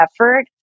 effort